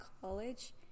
college